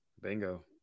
Bingo